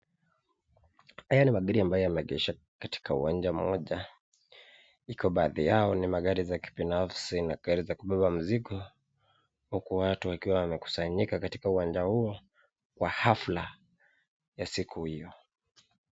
Haya ni magari ambayo yameegeshwa katika uwanja mmoja, ikiwa baadhi yao ni magari za kibinafsi na gari za kubeba mizigo huku watu wakiwa wamekusanyika katika uwanja huo kwa hafla ya siku hiyo.